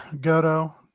Goto